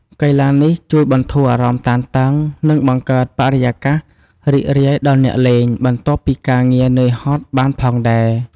កីឡានេះជួយបន្ធូរអារម្មណ៍តានតឹង និងបង្កើតបរិយាកាសរីករាយដល់អ្នកលេង បន្ទាប់ពីការងារនឿយហត់បានផងដែរ។